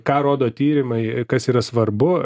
ką rodo tyrimai kas yra svarbu